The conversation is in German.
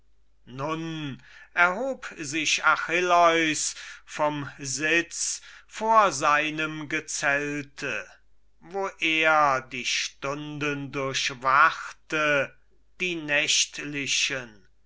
sich achilleus vom sitz vor seinem gezelte wo er die stunden durchwachte die nächtlichen